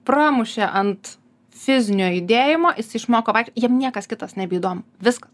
pramušė ant fizinio judėjimo jisai išmoko jam niekas kitas nebeįdomu viskas